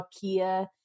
Kia